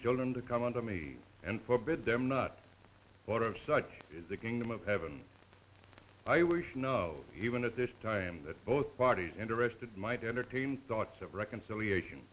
children to come unto me and forbidden them not for of such is the kingdom of heaven i wish know even at this time that both parties interested might entertain thoughts of reconciliation